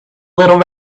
little